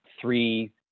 three